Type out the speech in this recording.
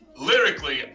Lyrically